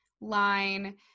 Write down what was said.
line